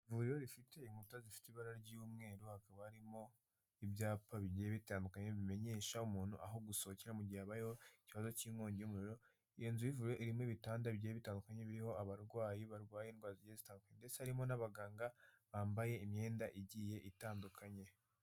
Mu biriro bifite inkuta zifite ibara ry'umweru, hakaba harimo ibyapa bigiye bitandukanye, bimenyesha umuntu aho gusohokera mu gihe habayeho ikibazo cy'inkongi y'umuriro, iyo nzu y'ivuriro irimo ibitanda bitandukanye biriho abarwayi barwaye indwara zigiye zitandukanye, ndetse harimo n'abaganga bambaye imyenda igiye itandukanye.